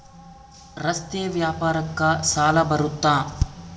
ರಸ್ತೆ ವ್ಯಾಪಾರಕ್ಕ ಸಾಲ ಬರುತ್ತಾ?